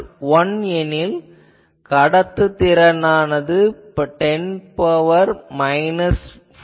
1 எனில் கடத்துதிறனானது 10 ன் பவர் மைனஸ் 4 ஆகும்